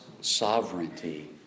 sovereignty